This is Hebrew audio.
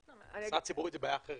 משרה ציבורית, זו בעיה אחרת.